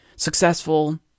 Successful